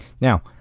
Now